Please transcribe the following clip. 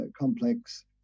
complex